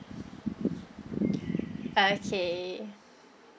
okay